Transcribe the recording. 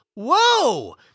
Whoa